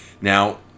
Now